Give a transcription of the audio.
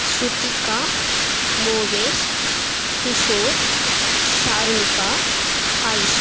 Shruthika Moovesh Kishore Sharunika Ayesha